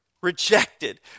rejected